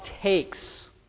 takes